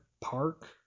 park